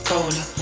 Cola